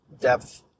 depth